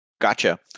Gotcha